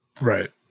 Right